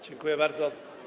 Dziękuję bardzo.